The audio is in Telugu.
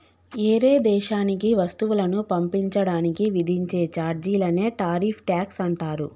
ఏరే దేశానికి వస్తువులను పంపించడానికి విధించే చార్జీలనే టారిఫ్ ట్యాక్స్ అంటారు